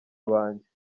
banjye